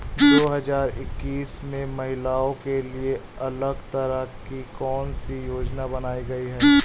दो हजार इक्कीस में महिलाओं के लिए अलग तरह की कौन सी योजना बनाई गई है?